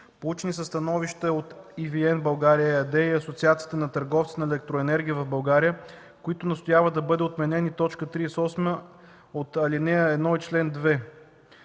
Получени са становища от „ЕВН България” ЕАД и Асоциацията на търговците на електроенергия в България, които настояват да бъде отменена и т. 38 от ал. 1, чл. 2.